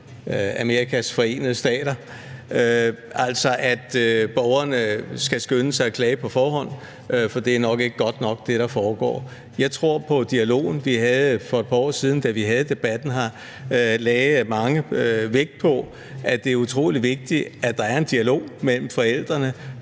Amerikas Forenede Stater, altså hvor borgerne skal skynde sig at klage på forhånd, fordi det, der foregår, nok ikke er godt nok. Jeg tror på dialogen. Da vi for et par år siden havde debatten her, lagde mange vægt på, at det er utrolig vigtigt, at der er en dialog mellem forældrene